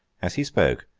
as he spoke,